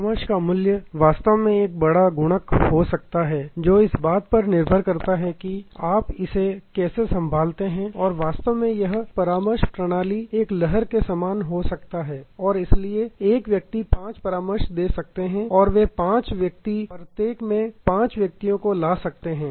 परामर्श का मूल्य वास्तव में एक बड़ा गुणक हो सकता है जो इस बात पर निर्भर करता है कि आप इसे कैसे संभालते हैं और वास्तव में यह परामर्श प्रणाली एक लहर के समान हो सकता है और इसलिए एक व्यक्ति पांच परामर्श दे सकते हैं और वे पांच व्यक्ति प्रत्येक में पांच व्यक्तियों को ला सकते हैं